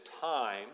time